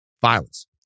violence